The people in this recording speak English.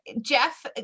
Jeff